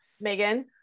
Megan